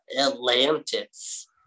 Atlantis